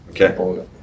okay